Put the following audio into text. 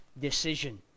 decision